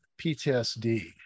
PTSD